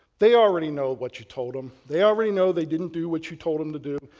they already know what you told them. they already know they didn't do what you told them to do.